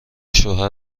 شوهر